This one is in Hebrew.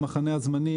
המחנה הזמני,